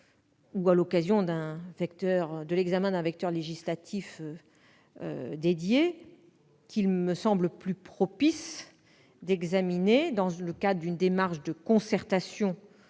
ou à l'occasion de l'examen d'un vecteur législatif dédié, qu'il me semble plus propice d'examiner, conformément à une démarche de concertation